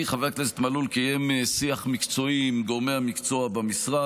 חבר הכנסת מלול קיים שיח מקצועי עם גורמי המקצוע במשרד,